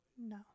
No